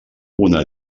una